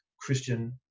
christian